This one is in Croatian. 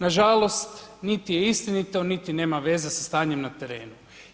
Nažalost, niti je istinito niti ima veze sa stanjem na terenu.